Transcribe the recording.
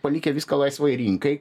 palikę viską laisvai rinkai